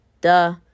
duh